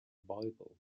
bible